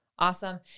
awesome